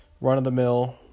run-of-the-mill